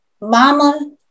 mama